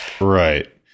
Right